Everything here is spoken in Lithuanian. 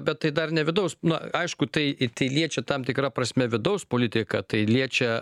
bet tai dar ne vidaus na aišku tai liečia tam tikra prasme vidaus politiką tai liečia